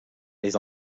les